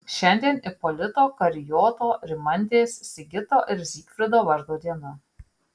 šiandien ipolito karijoto rimantės sigito ir zygfrido vardo diena